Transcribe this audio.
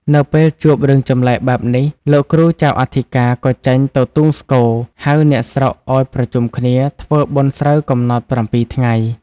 នៅពេលជួបរឿងចម្លែកបែបនេះ លោកគ្រូចៅអធិការ ក៏ចេញ ទៅទូងស្គរ ហៅអ្នកស្រុកឲ្យប្រជុំគ្នាធ្វើបុណ្យស្រូវកំណត់ ៧ ថ្ងៃ ។